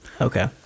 Okay